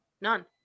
none